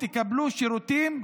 תקבלו שירותים,